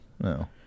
no